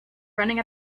running